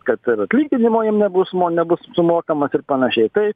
kad ir atlyginimo jiem nebus mo nebus sumokamas ir panašiai tai